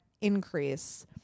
increase